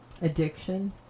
addiction